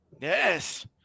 yes